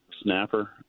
snapper